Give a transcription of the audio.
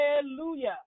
hallelujah